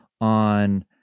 on